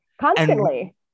Constantly